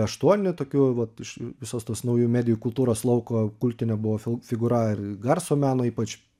aštuoni tokių vat iš visos tos naujų medijų kultūros lauko kultine buvo figūra ir garso meno ypač